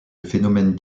phénomène